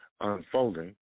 unfolding